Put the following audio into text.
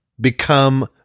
become